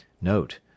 Note